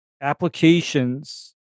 applications